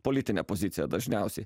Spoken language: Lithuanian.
politinę poziciją dažniausiai